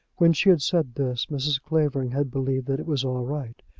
when she had said this, mrs. clavering had believed that it was all right.